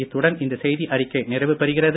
இத்துடன் இந்த செய்தியறிக்கை நிறைவுபெறுகிறது